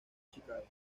chicago